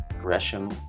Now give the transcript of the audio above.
Gresham